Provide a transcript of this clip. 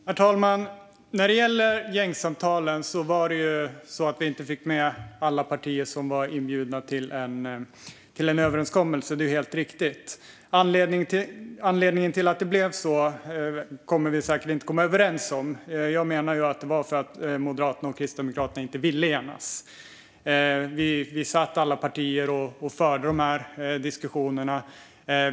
Herr talman! När det gäller gängsamtalen var det så att vi inte fick med alla partier som var inbjudna på en överenskommelse; det är helt riktigt. Anledningen till att det blev så kommer vi säkert inte att komma överens om. Jag menar att det var för att Moderaterna och Kristdemokraterna inte ville enas. Alla partier satt och förde de här diskussionerna.